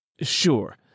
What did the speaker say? Sure